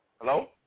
Hello